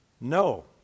No